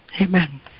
Amen